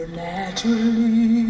naturally